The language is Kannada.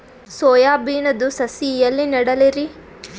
ಸೊಯಾ ಬಿನದು ಸಸಿ ಎಲ್ಲಿ ನೆಡಲಿರಿ?